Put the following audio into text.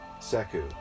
Seku